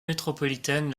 métropolitaine